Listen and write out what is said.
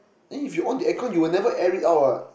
then if you on the aircon you will never air it out what